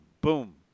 boom